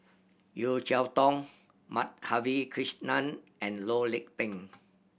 Yeo Cheow Tong Madhavi Krishnan and Loh Lik Peng